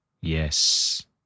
Yes